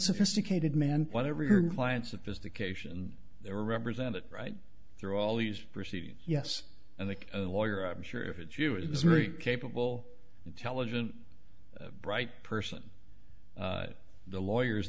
sophisticated man whatever your client sophistication there are represented right through all these proceedings yes and the lawyer i'm sure if it's you it was a very capable intelligent bright person the lawyer